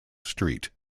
street